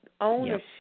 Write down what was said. ownership